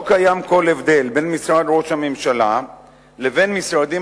לא קיים כל הבדל בין משרד ראש הממשלה לבין משרדים